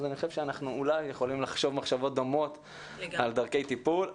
אז אני חושב שאנחנו אולי יכולים לחשוב מחשבות דומות על דרכי טיפול.